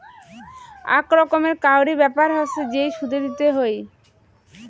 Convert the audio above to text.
আক রকমের কাউরি ব্যাপার হসে যেই সুদ দিতে হই